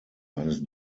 eines